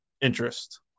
interest